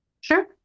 Sure